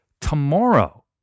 tomorrow